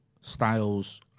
Styles